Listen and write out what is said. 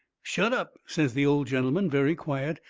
shut up, says the old gentleman, very quiet.